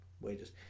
wages